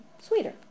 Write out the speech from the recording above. sweeter